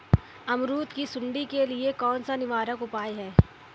अमरूद की सुंडी के लिए कौन सा निवारक उपाय है?